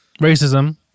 Racism